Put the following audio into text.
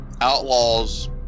outlaws